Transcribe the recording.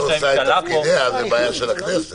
זאת בעיה של הכנסת.